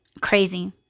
Crazy